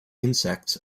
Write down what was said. insects